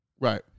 Right